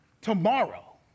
tomorrow